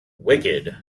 wicked